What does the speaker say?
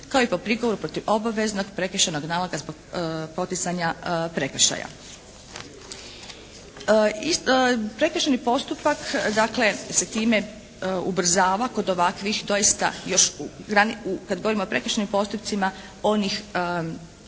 kao i po prigovoru protiv obaveznog prekršajnog …/Govornik se ne razumije./… poticanja prekršaja. Prekršajni postupak dakle se time ubrzava kod ovakvih doista još u, kad govorimo o prekršajnim postupcima onih po